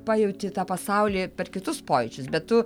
pajauti tą pasaulį per kitus pojūčius bet tu